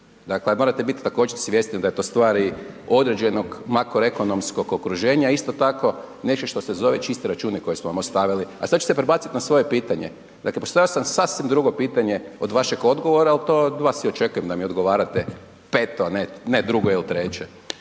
Dakle, morate također biti svjesni da je to stvar i određenog makroekonomskog okruženja, a isto tako nešto što se zove čisti računi koje smo vam ostavili. A sada ću se prebaciti na svoje pitanje, dakle postavio sam sasvim drugo pitanje od vašeg odgovora, ali to od vas i očekujem da mi odgovarate pet, a ne drugo ili treće.